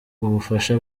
ubufasha